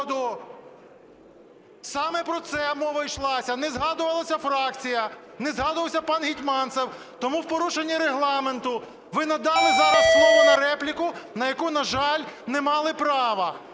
саме про це мова йшлася. Не згадувалася фракція, не згадувався пан Гетманцев. Тому в порушенні Регламенту ви надали зараз слово на репліку, на яку, на жаль, не мали права.